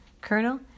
Colonel